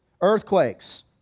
Earthquakes